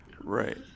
Right